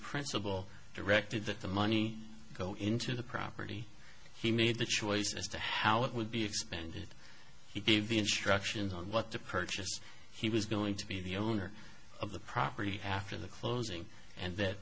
principal directed that the money go into the property he made the choice as to how it would be expanded he gave instructions on what to purchase he was going to be the owner of the property after the closing and that